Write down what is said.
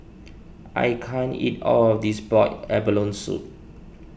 I can't eat all of this Boiled Abalone Soup